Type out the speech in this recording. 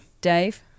Dave